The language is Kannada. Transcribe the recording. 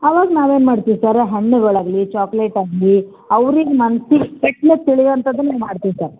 ಅವಾಗ ನಾವೇನು ಮಾಡ್ತೀವಿ ಸರ್ ಹಣ್ಣುಗಳಾಗಲೀ ಚಾಕ್ಲೇಟ್ ಆಗಲೀ ಅವ್ರಿಗೆ ಮನ್ಸಿಗೆ ಪಟ್ಟನೆ ತಿಳಿವಂಥದ್ದನ್ನು ಮಾಡ್ತೀವಿ ಸರ್